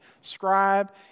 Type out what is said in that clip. scribe